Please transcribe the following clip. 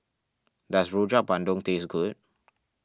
does Rojak Bandung taste good